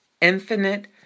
infinite